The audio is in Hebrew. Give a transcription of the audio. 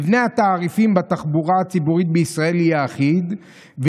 מבנה התעריפים בתחבורה הציבורית בישראל יהיה אחיד,